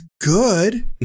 good